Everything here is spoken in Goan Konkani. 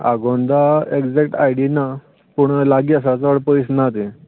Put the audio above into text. आगोंदा एक्जेक्ट आयडीया ना पूण लागीं आसा चड पयस ना तें